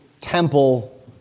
temple